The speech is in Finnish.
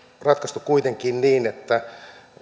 ratkaistu kuitenkin niin että